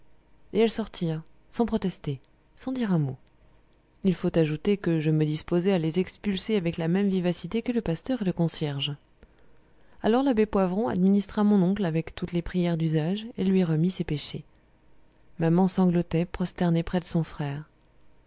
et elles sortirent sans protester sans dire un mot il faut ajouter que je me disposais à les expulser avec la même vivacité que le pasteur et le concierge alors l'abbé poivron administra mon oncle avec toutes les prières d'usage et lui remit ses péchés maman sanglotait prosternée près de son frère